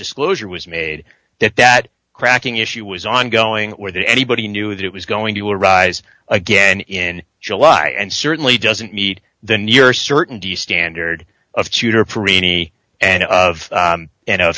disclosure was made that that cracking issue was ongoing or that anybody knew that it was going to arise again in july and certainly doesn't meet the near certainty standard of tutor perrine and of you know